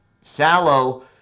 Salo